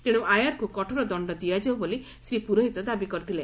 ତେଣୁ ଆୟାରକୁ କଠୋର ଦଣ୍ତ ଦିଆଯାଉ ବୋଲି ଶ୍ରୀ ପୁରୋହିତ ଦାବି କରିଥିଲେ